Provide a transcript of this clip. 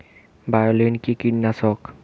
বায়োলিন কি কীটনাশক?